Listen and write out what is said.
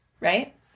right